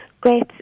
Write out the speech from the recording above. great